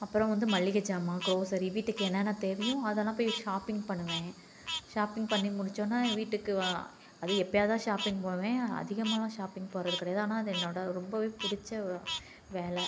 அப்புறம் வந்து மளிகை சாமான் க்ரோசெரி வீட்டுக்கு என்னென்ன தேவையோ அதலாம் போயி ஷாப்பிங் பண்ணுவேன் ஷாப்பிங் பண்ணி முடித்தோன வீட்டுக்கு அது எப்பயாவதுதான் ஷாப்பிங் போவேன் அதிகமாலாம் ஷாப்பிங் போகிறது கிடையாது ஆனால் இது என்னோட ரொம்ப பிடிச்ச வேலை